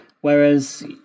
Whereas